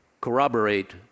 corroborate